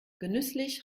genüsslich